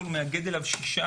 שמאגד אליו ששה